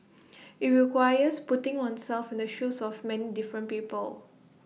IT requires putting oneself in the shoes of many different people